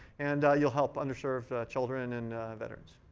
and you'll help underserved children and veterans.